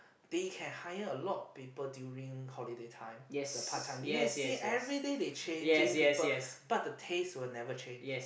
they can hire a lot of people during holiday time the part time you gonna see everyday they changing people but the taste will never change